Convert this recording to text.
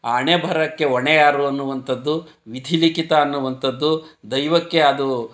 ಆ ಹಣೆ ಬರಹಕ್ಕೆ ಹೋಣೆ ಯಾರು ಅನ್ನುವಂಥದ್ದು ವಿಧಿ ಲಿಖಿತ ಅನ್ನುವಂಥದ್ದು ದೈವಕ್ಕೆ ಅದು